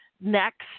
next